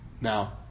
Now